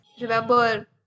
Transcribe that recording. Remember